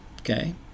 okay